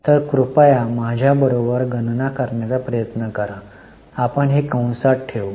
तर कृपया माझ्या बरोबर गणना करण्याचा प्रयत्न करा आपण हे कंसात ठेवू